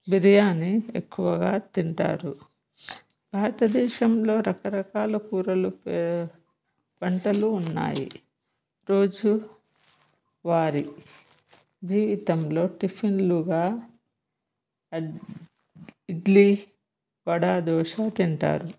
బిర్యానీ ఎక్కువగా తింటారు భారతదేశంలో రకరకాల కూరలు పంటలు ఉన్నాయి రోజువారి జీవితంలో టిఫిన్లుగా ఇడ్లీ వడా దోశ తింటారు